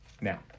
now